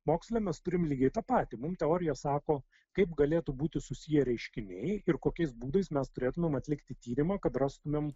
moksle mes turim lygiai tą patį mum teorija sako kaip galėtų būti susiję reiškiniai ir kokiais būdais mes turėtumėm atlikti tyrimą kad rastumėm